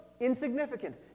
insignificant